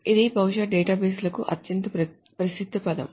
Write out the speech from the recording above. ఇది బహుశా డేటాబేస్లకు అత్యంత ప్రసిద్ధ పదం